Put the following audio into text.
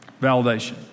validation